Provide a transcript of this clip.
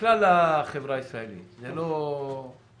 - בכלל החברה הישראלית, זה לא מאפיין